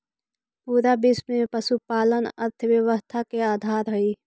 पूरा विश्व में पशुपालन अर्थव्यवस्था के आधार हई